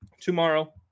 tomorrow